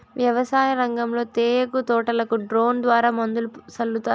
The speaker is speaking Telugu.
వ్యవసాయ రంగంలో తేయాకు తోటలకు డ్రోన్ ద్వారా మందులు సల్లుతారు